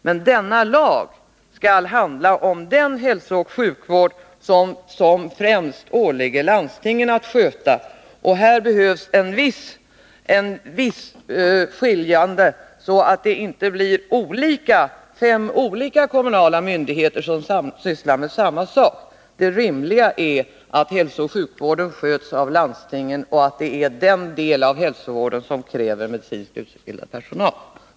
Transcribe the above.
Men denna lag skall handla om den hälsooch sjukvård som det främst åligger landstingen att sköta, och i det sammanhanget behövs det ett visst skiljande, så att det inte blir fem olika kommunala myndigheter som sysslar med samma sak. Det rimliga är att hälsooch sjukvården sköts av landstingen och att det är den delen av hälsovården som kräver medicinskt yrkesutbildad personal.